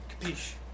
Capiche